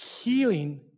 healing